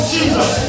Jesus